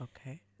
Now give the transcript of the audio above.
Okay